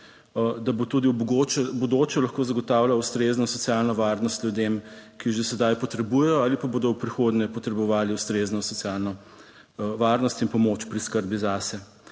da bo tudi v bodoče lahko zagotavljal ustrezno socialno varnost ljudem, ki že sedaj potrebujejo ali pa bodo v prihodnje potrebovali ustrezno socialno varnost in pomoč pri skrbi zase.